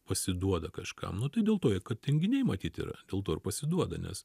pasiduoda kažkam nu tai dėl to kad tinginiai matyt yra dėl to ir pasiduoda nes